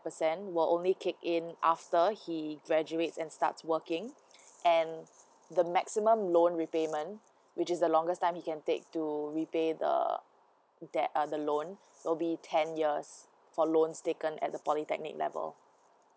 percent will only kick in after he graduates and starts workings and the maximum loan repayment which is the longest time he can takes to repay the that are the loan will be ten years for loans taken at the polytechnic level